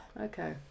Okay